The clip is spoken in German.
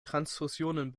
transfusionen